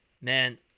Man